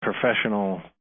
professional